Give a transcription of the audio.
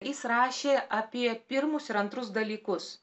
jis rašė apie pirmus ir antrus dalykus